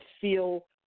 feel